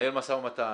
מתנהל משא ומתן?